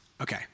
Okay